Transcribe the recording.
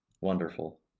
Wonderful